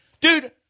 Dude